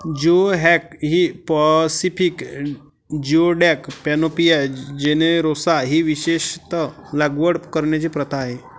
geoduck ही Pacific geoduck, Panopea generosa ही विशेषत लागवड करण्याची प्रथा आहे